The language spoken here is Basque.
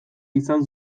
izan